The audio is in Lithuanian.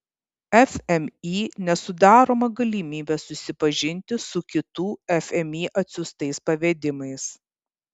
fmį nesudaroma galimybė susipažinti su kitų fmį atsiųstais pavedimais